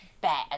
bad